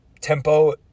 Tempo